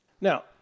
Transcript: now